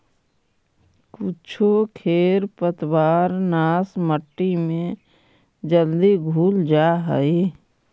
कुछो खेर पतवारनाश मट्टी में जल्दी घुल जा हई